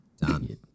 Done